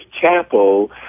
Chapel